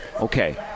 okay